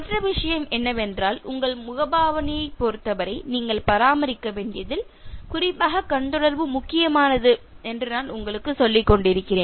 மற்ற விஷயம் என்னவென்றால் உங்கள் முகபாவனையைப் பொறுத்தவரை நீங்கள் பராமரிக்க வேண்டியதில் குறிப்பாக கண் தொடர்பு முக்கியமானது என்று நான் உங்களுக்குச் சொல்லிக்கொண்டிருக்கிறேன்